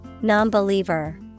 non-believer